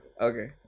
Okay